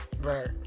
right